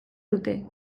dute